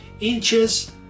Inches